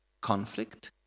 conflict